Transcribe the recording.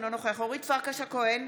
אינו נוכח אורית פרקש הכהן,